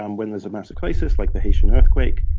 um when there's a massive crisis like the haitian earthquake,